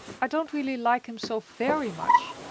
i don't really like him so very much,